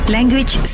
Language